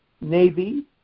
Navy